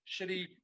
shitty